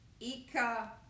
Ika